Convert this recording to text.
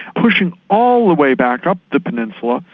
pushing all the way back up the peninsula,